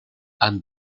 han